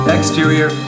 Exterior